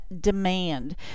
Demand